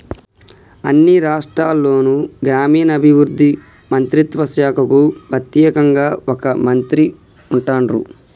అన్ని రాష్ట్రాల్లోనూ గ్రామీణాభివృద్ధి మంత్రిత్వ శాఖకు ప్రెత్యేకంగా ఒక మంత్రి ఉంటాన్రు